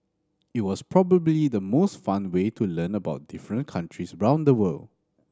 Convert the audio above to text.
it was probably the most fun way to learn about different countries round the world